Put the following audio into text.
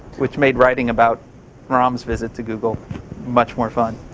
which made writing about rahm's visit to google much more fun.